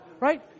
right